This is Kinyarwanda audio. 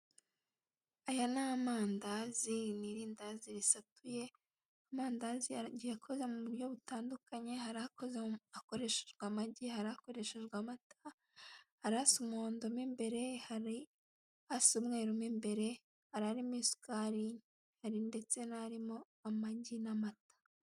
Aya ni amandazi, iri ni irindazi risatuye, amandazi agiye akoze mu buryo butandukanye, hari akoze hakorejwe amagi, hari akoreshejwe amata, hari asa umuhondo mo imbere, hari asa umweru mo imbere, hari arimo isukari ndetse n'arimo amagi n'amata.